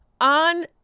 on